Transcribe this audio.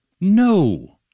No